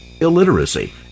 illiteracy